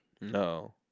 No